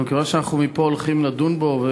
אבל מכיוון שאנחנו מפה הולכים לדון בו,